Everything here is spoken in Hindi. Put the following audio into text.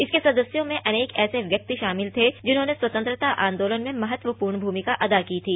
इसके सदस्यों में अनेक ऐसे व्यक्ति शामिल थे जिन्होंने स्वतंत्रता आंदोलन में महत्वपूर्ण भूमिका अदा की थी